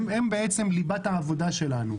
הם בעצם ליבת העבודה שלנו.